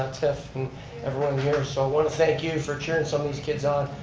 tiff and everyone here. so, i want to thank you for cheering some of these kids on.